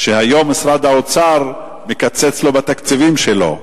היום משרד האוצר מקצץ בתקציבים שלו.